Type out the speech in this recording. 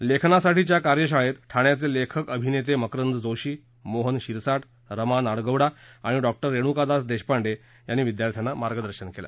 लेखनासाठीच्या कार्यशाळेत ठाण्याचे लेखक अभिनेते मकरंद जोशी मोहन शिरसाट रमा नाडगौडा आणि डॉ रेणुकादास देशपांडे यांनी विद्यार्थ्याना मार्गदर्शन केलं